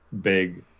big